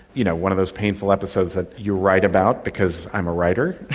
you know, one of those painful episodes that you write about because i'm a writer